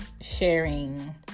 sharing